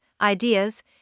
ideas